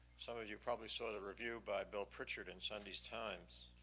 some of you probably saw the review by bill pritchard in sunday's times.